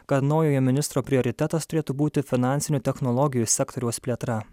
kad naujojo ministro prioritetas turėtų būti finansinių technologijų sektoriaus plėtra